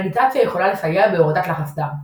מדיטציה יכולה לסייע בהורדת לחץ דם,